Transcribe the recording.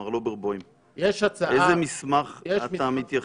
מר לוברבום, אתה מתייחס?